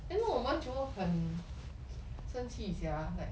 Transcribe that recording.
then 弄到我们全部很生气 sia like